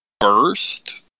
first